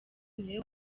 niwe